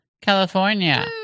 California